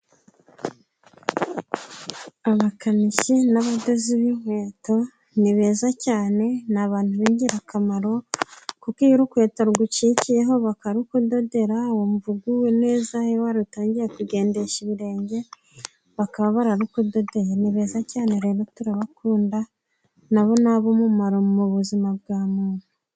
Abakanishi n'abadozi b'inkweto, ni beza cyane ni abantu b'ingirakamaro, kuko iyo urukweto rugucikiyeho bakarukododera ,wumva uguwe neza iyo wari utangiye kugendesha ibirenge bakarukudodera ,ni beza cyane rero turabakunda nabo nabumumaro mu buzima bwa muntu.